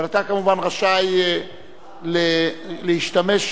התשע"ב 2012. אתה רוצה לעלות?